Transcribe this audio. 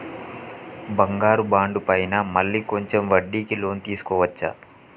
బంగారు బాండు పైన మళ్ళా కొంచెం వడ్డీకి లోన్ తీసుకోవచ్చా?